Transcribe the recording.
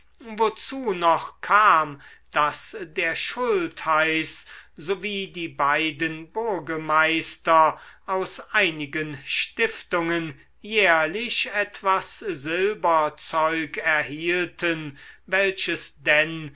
wozu noch kam daß der schultheiß sowie die beiden burgemeister aus einigen stiftungen jährlich etwas silberzeug erhielten welches denn